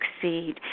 succeed